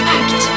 act